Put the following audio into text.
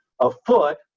afoot